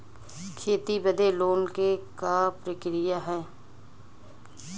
खेती बदे लोन के का प्रक्रिया ह?